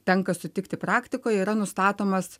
tenka sutikti praktikoje yra nustatomas